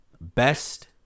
Best